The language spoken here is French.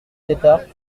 tétart